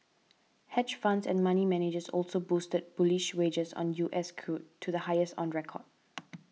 hedge funds and money managers also boosted bullish wagers on U S crude to the highest on record